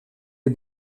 est